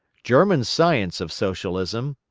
german science of socialism,